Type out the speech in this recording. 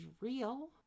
real